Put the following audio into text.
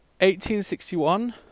1861